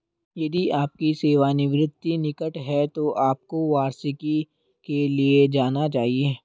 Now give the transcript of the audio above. यदि आपकी सेवानिवृत्ति निकट है तो आपको वार्षिकी के लिए जाना चाहिए